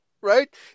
right